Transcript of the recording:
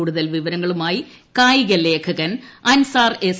കൂടുതൽ വിവരങ്ങളുമായി കായിക ലേഖകൻ അൻസാർ എസ്